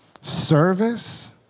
Service